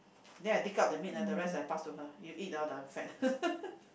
then I dig out the meat ah the rest I pass to her you eat all the fat